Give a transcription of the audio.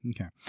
Okay